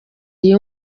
iyi